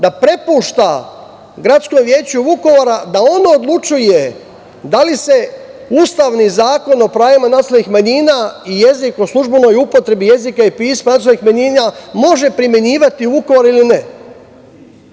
da prepušta Gradskom veću Vukovara da ono odlučuje da li se ustavni zakon o pravima nacionalnih manjina i jezik u službenoj upotrebi jezika i pisma nacionalnih manjina može primenjivati u Vukovaru ili ne.